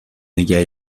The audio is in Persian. نگه